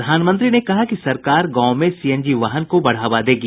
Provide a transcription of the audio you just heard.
प्रधानमंत्री ने कहा कि सरकार गांवों में सीएनजी वाहन को बढ़ावा देगी